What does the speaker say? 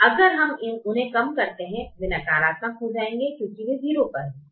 और अगर हम उन्हें कम करते हैं वे नकारात्मक हो जाएंगे क्योंकि वे 0 पर हैं